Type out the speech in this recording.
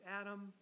Adam